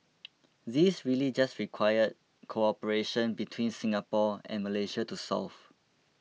these really just required cooperation between Singapore and Malaysia to solve